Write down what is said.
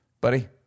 buddy